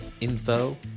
info